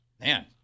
Man